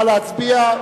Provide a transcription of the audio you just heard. נא להצביע.